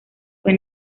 fue